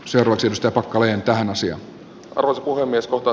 sen esitystapa kaventaen asia oli myös lupa